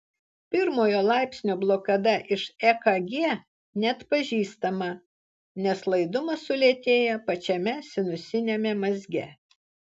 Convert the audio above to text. pirmojo laipsnio blokada iš ekg neatpažįstama nes laidumas sulėtėja pačiame sinusiniame mazge